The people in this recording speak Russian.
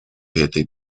этой